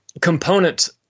components